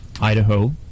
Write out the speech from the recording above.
Idaho